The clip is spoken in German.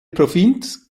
provinz